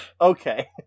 Okay